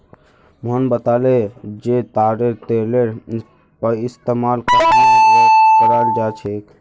मोहन बताले जे तारेर तेलेर पइस्तमाल खाना बनव्वात कराल जा छेक